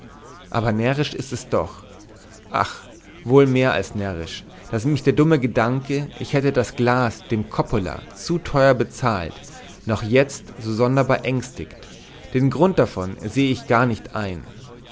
aber närrisch ist es doch ach wohl mehr als närrisch daß mich der dumme gedanke ich hätte das glas dem coppola zu teuer bezahlt noch jetzt so sonderbar ängstigt den grund davon sehe ich gar nicht ein